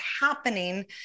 happening